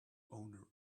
owner